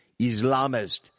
Islamist